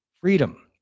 Freedom